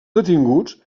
detinguts